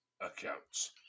accounts